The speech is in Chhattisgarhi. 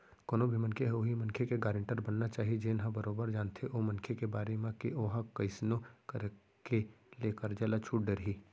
कोनो भी मनखे ह उहीं मनखे के गारेंटर बनना चाही जेन ह बरोबर जानथे ओ मनखे के बारे म के ओहा कइसनो करके ले करजा ल छूट डरही